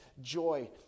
joy